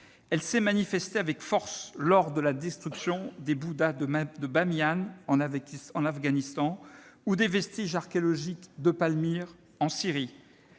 Elle s'est manifestée avec force lors de la destruction des Bouddhas de Bâmiyân en Afghanistan, ou des vestiges archéologiques de Palmyre en Syrie.